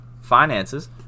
finances